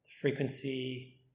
frequency